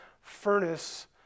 furnace